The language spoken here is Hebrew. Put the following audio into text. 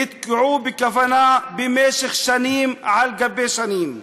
נתקעו בכוונה במשך שנים על גבי שנים.